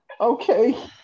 Okay